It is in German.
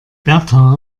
berta